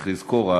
וצריך לזכור,